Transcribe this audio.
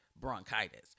bronchitis